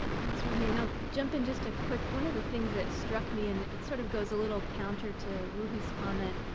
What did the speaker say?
thanks, ruhi, and i'll jump in just a quick one of the things that struck me, and it sort of goes a little counter to ruhi's comment,